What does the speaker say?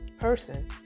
person